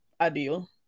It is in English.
ideal